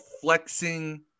flexing